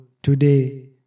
Today